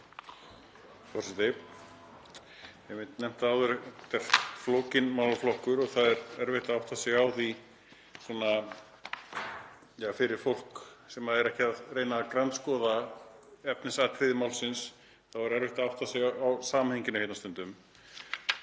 Ég hef nefnt það áður að þetta er flókinn málaflokkur og það er erfitt að átta sig á því svona — fyrir fólk sem er ekki að reyna að grandskoða efnisatriði málsins er erfitt að átta sig á samhenginu hérna stundum.